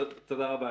תודה רבה.